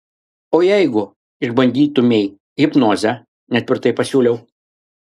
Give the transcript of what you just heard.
o jeigu išbandytumei hipnozę netvirtai pasiūliau